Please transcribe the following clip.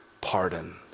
pardon